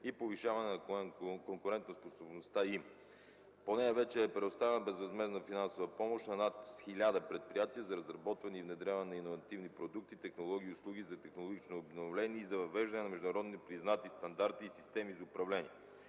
и повишаване на конкурентоспособността им. По нея вече е предоставена безвъзмездна финансова помощ на над 1000 предприятия за разработване и внедряване на иновативни продукти, технологии и услуги за технологично обновление и за въвеждане на международно признати стандарти и системи за управление.